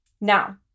Now